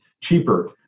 cheaper